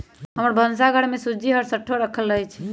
हमर भन्सा घर में सूज्ज़ी हरसठ्ठो राखल रहइ छै